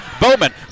Bowman